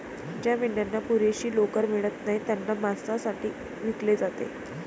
ज्या मेंढ्यांना पुरेशी लोकर मिळत नाही त्यांना मांसासाठी विकले जाते